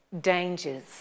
dangers